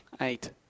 Eight